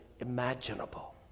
imaginable